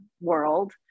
world